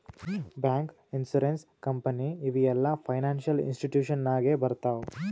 bank, insurance company ಇವು ಎಲ್ಲಾ financial institution ನಾಗೆ ಬರ್ತಾವ್